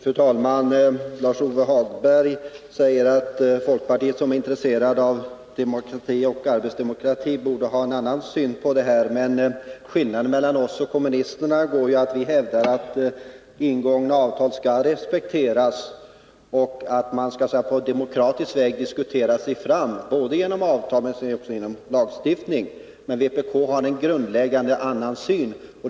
Fru talman! Lars-Ove Hagberg säger att folkpartiet, som är intresserat av demokrati — och arbetsdemokrati — borde ha en annan syn på den här frågan. Men skillnaden mellan oss och kommunisterna är ju att vi hävdar att ingångna avtal skall respekteras och att man på demokratiskt väg skall så att säga diskutera sig fram — både genom avtal och genom lagstiftning. Vpk har en annan grundläggande syn.